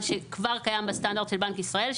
מה שכבר קיים בסטנדרט של בנק ישראל,